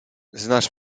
znasz